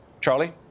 Charlie